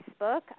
Facebook